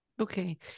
Okay